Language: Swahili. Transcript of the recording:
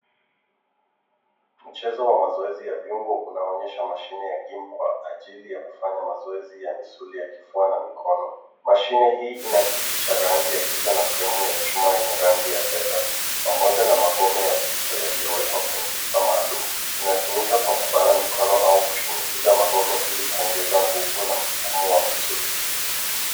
Mchezo wa mazoezi ya viungo unaonyesha mashine ya gym kwa ajili ya kufanya mazoezi ya misuli ya kifua na mikono. Mashine hii ina kiti cha rangi ya giza na fremu ya chuma yenye rangi ya fedha pamoja na magome ya uzito yaliyowekwa kwenye pipa maalum, inatumika kwa kubana mikono au kushinikiza magome ili kuongeza nguvu na msukumo wa misuli.